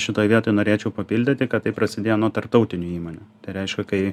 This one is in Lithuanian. šitoj vietoj norėčiau papildyti kad tai prasidėjo nuo tarptautinių įmonių tai reiškia kai